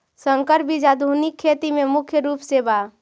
संकर बीज आधुनिक खेती में मुख्य रूप से बा